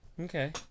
Okay